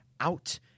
Out